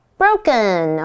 broken